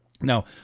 Now